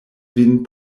vin